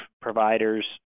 providers